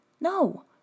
No